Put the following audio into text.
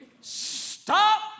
Stop